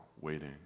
waiting